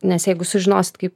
nes jeigu sužinosit kaip